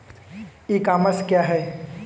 ई commerce क्या है?